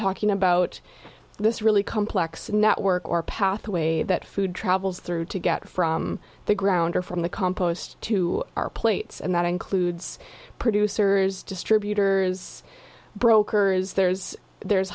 talking about this really complex network or pathway that food travels through to get from the ground or from the compost to our plates and that includes producers distributors brokers there's